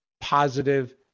positive